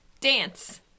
Dance